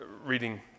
reading